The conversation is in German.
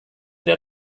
der